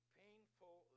painful